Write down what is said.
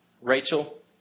Rachel